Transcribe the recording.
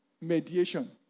mediation